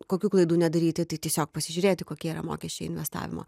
kokių klaidų nedaryti tai tiesiog pasižiūrėti kokie yra mokesčiai investavimo